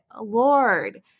Lord